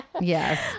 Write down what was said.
Yes